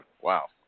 wow